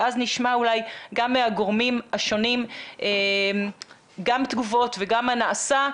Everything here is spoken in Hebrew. ואז נשמע אולי גם מהגורמים השונים גם תגובות וגם מה נעשה,